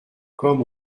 comme